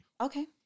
okay